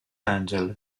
angeles